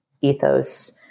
ethos